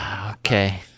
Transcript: Okay